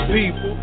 people